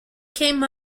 came